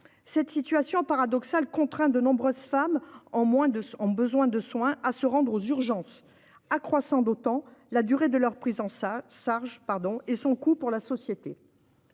Cette situation paradoxale contraint de nombreuses femmes à se rendre aux urgences, ce qui accroît d'autant la durée de leur prise en charge et son coût pour la société.